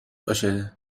باشه